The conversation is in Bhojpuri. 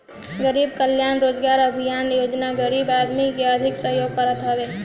गरीब कल्याण रोजगार अभियान योजना गरीब आदमी के आर्थिक सहयोग करत हवे